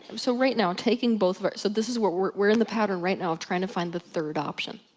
so right now, taking both of our, so this is where, we're in the pattern right now of trying to find the third option.